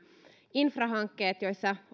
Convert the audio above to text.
infrahankkeet joissa